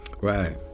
Right